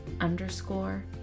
underscore